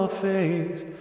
face